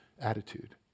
attitude